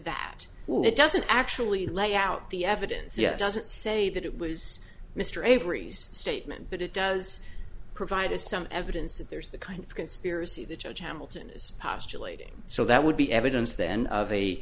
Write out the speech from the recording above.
that it doesn't actually lay out the evidence yet doesn't say that it was mr avery's statement but it does provide us some evidence that there's the kind of conspiracy the judge hamilton is postulating so that would be evidence then of a